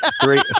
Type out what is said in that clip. three